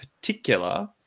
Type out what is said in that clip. particular